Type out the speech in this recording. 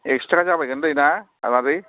एकस' टाका जाबायगोनलै ना मादै